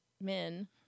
men